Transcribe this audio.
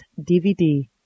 DVD